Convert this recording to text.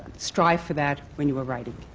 strive for that when you were writing?